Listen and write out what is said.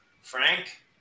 Frank